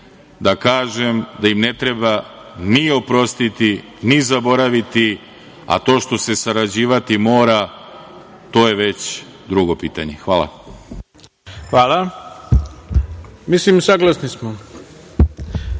da kažem da im ne treba ni oprostiti, ni zaboraviti, a to što se sarađivati mora to je već drugo pitanje. Hvala. **Ivica Dačić** Hvala. Mislim saglasni smo.